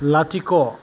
लाथिख'